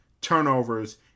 turnovers